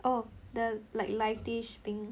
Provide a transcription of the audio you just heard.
oh the like light-ish pink